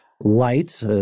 Light